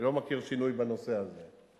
אני לא מכיר שינוי בנושא הזה.